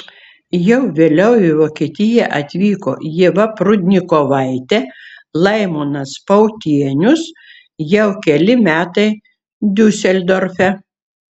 jau vėliau į vokietiją atvyko ieva prudnikovaitė laimonas pautienius jau keli metai diuseldorfe